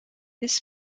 this